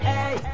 Hey